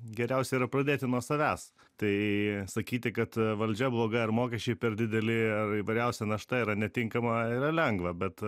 geriausia yra pradėti nuo savęs tai sakyti kad valdžia bloga ar mokesčiai per dideliar įvairiausia našta yra netinkama yra lengva bet